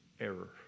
error